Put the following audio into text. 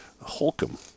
Holcomb